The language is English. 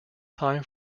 time